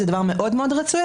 זה דבר מאוד רצוי,